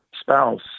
spouse